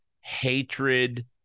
hatred